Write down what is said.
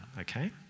okay